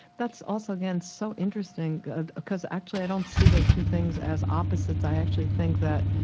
that's also, again, so interesting because actually i don't see those two things as opposites. i actually think that,